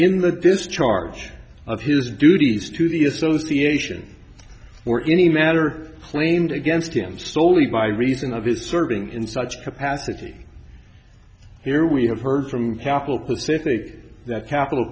in the discharge of his duties to the association were any matter claimed against him soley by reason of his serving in such capacity here we have heard from capital pacific that capital